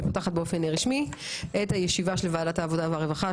אני פותחת באופן רשמי את הישיבה של ועדת העבודה והרווחה,